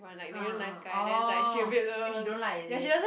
ah ah orh then she don't like is it